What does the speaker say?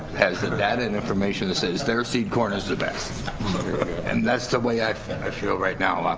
has the data and information that says their seed corn is the best and that's the way i think i feel right now,